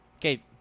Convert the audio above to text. Okay